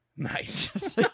Nice